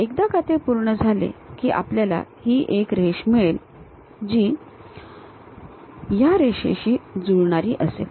एकदा का ते पूर्ण झाले की आपल्याला ही एक रेष मिळेल जी या रेषेशी जुळणारी असेल